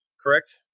correct